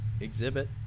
Exhibit